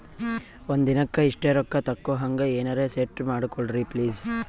ಒಂದಿನಕ್ಕ ಇಷ್ಟೇ ರೊಕ್ಕ ತಕ್ಕೊಹಂಗ ಎನೆರೆ ಸೆಟ್ ಮಾಡಕೋಡ್ರಿ ಪ್ಲೀಜ್?